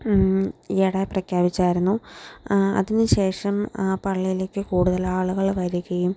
ഈയിടെ പ്രഖ്യാപിച്ചതായിരുന്നു അതിനുശേഷം ആ പള്ളിയിലേക്ക് കൂടുതൽ ആളുകൾ വരികയും